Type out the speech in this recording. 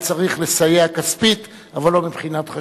צריך לסייע כספית אבל לא מבחינת חשיבותם.